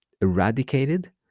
eradicated